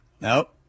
Nope